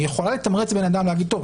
היא יכולה לתמרץ בן אדם להגיד: טוב,